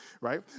right